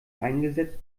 eingesetzt